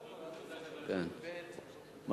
לא,